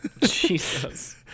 Jesus